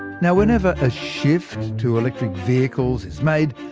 you know whenever a shift to electric vehicles is made,